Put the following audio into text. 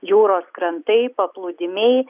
jūros krantai paplūdimiai